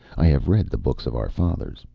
i have read the books of our fathers.